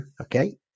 Okay